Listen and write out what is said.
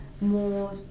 more